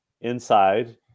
inside